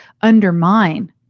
undermine